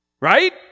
right